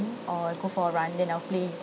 or I go for a run then I'll play